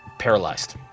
paralyzed